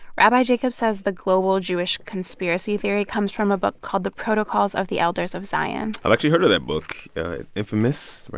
rabbi jacobs says the global jewish conspiracy theory comes from a book called the protocols of the elders of zion. i've actually heard of that book infamous. right?